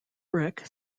brick